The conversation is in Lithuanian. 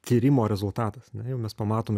tyrimo rezultatas na jau mes pamatom ir